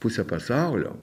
pusę pasaulio